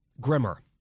grimmer